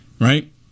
Right